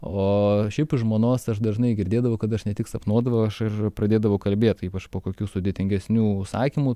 o šiaip iš žmonos aš dažnai girdėdavau kad aš ne tik sapnuodavau aš ir pradėdavau kalbėt ypač po kokių sudėtingesnių užsakymų